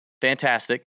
fantastic